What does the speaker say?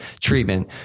treatment